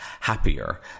happier